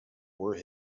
were